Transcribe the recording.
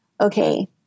okay